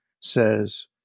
says